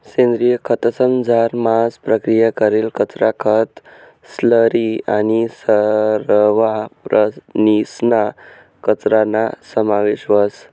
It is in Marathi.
सेंद्रिय खतंसमझार मांस प्रक्रिया करेल कचरा, खतं, स्लरी आणि सरवा प्राणीसना कचराना समावेश व्हस